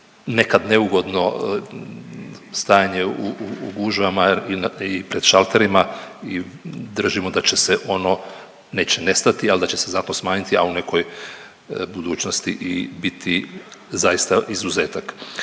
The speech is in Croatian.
nekad neugodno stanje u gužvama i pred šalterima i držimo da će se ono, neće nestati, ali da će se zato smanjiti, a u nekoj budućnosti i biti zaista izuzetak.